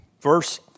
verse